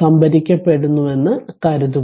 സംഭരിക്കപ്പെടുന്നുവെന്ന് കരുതുക